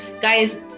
guys